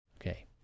Okay